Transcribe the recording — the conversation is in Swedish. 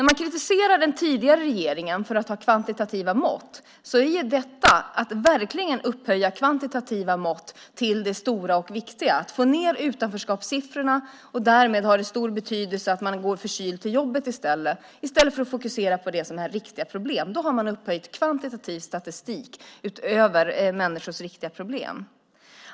Man kritiserar den tidigare regeringen för att ha kvantitativa mått, men detta är verkligen att upphöja kvantitativa mått till det stora och viktiga. Om man för att få ned utanförskapssiffrorna ger stor betydelse åt att folk går förkylda till jobbet i stället för att fokusera på det som är riktiga problem har man upphöjt kvantitativ statistik över människors riktiga problem.